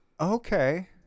Okay